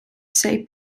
say